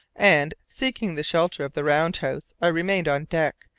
and, seeking the shelter of the roundhouse, i remained on deck,